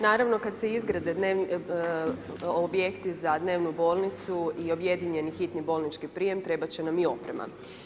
Naravno kad se izgrade objekti za dnevnu bolnicu i objedinjeni hitni bolnički prijem trebat će nam i oprema.